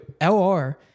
LR